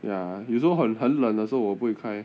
ya 有时候很很冷的时候我不会开